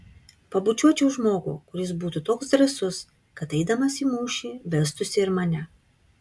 pabučiuočiau žmogų kuris būtų toks drąsus kad eidamas į mūšį vestųsi ir mane